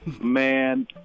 Man